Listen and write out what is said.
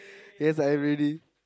yes are you ready